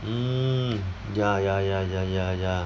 mm ya ya ya ya ya ya